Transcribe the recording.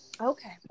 okay